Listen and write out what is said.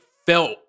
Felt